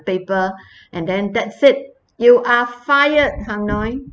paper and then that's it you are fired hang noi